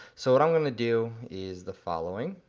so what i'm gonna do is the following,